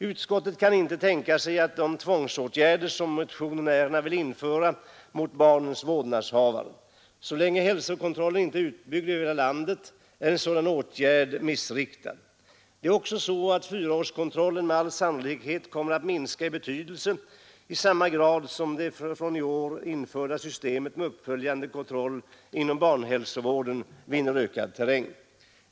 Utskottet kan inte tänka sig sådana tvångsåtgärder som motionärerna vill införa mot barnens vårdnadshavare. Så länge hälsokontrollen inte är utbyggd över hela landet är en sådan åtgärd missriktad. Sannolikt kommer också kontrollen av fyraåringarna att minska i betydelse i samma grad som det i år införda systemet med uppföljande kontroll inom barnhälsovården vinner ökad terräng.